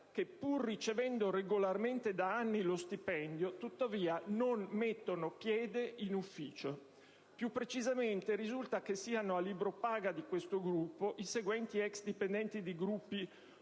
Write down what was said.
che, pur ricevendo regolarmente da anni lo stipendio, tuttavia non mettono piede in ufficio. Più precisamente, risulta che siano a libro-paga di questo Gruppo i seguenti ex-dipendenti di Gruppi